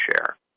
share